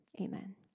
Amen